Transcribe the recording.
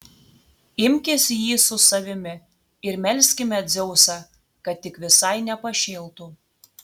imkis jį su savimi ir melskime dzeusą kad tik visai nepašėltų